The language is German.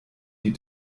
die